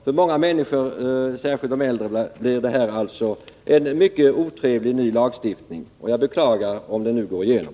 För många människor, särskilt de äldre, blir det här alltså en mycket otrevlig ny lagstiftning. Jag beklagar om den går igenom.